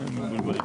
12:07.